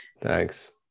Thanks